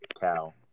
cow